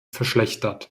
verschlechtert